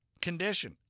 condition